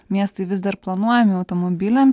miestai vis dar planuojami automobiliams